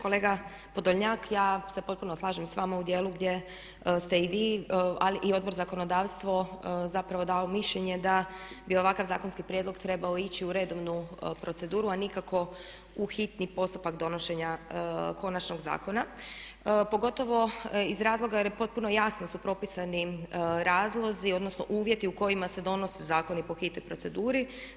Kolega Podolnjak, ja se potpuno slažem sa vama u dijelu gdje ste i vi ali i Odbor za zakonodavstvo zapravo dao mišljenje da bi ovakav zakonski prijedlog trebao ići u redovnu proceduru, a nikako u hitni postupak donošenja konačnog zakona pogotovo iz razloga jer je potpuno jasno da su propisani razlozi, odnosno uvjeti u kojima se donose zakoni po hitnoj proceduri.